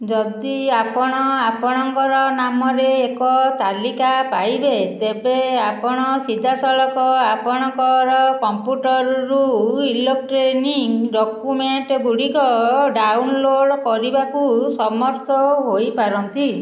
ଯଦି ଆପଣ ଆପଣଙ୍କ ନାମରେ ଏକ ତାଲିକା ପାଇବେ ତେବେ ଆପଣ ସିଧାସଳଖ ଆପଣଙ୍କ କମ୍ପ୍ୟୁଟରରୁ ଇଲେକ୍ଟ୍ରୋନିକ୍ ଡ଼କ୍ୟୁମେଣ୍ଟ ଗୁଡିକ ଡାଉନଲୋଡ୍ କରିବାକୁ ସମର୍ଥ ହୋଇପାରନ୍ତି